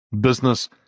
business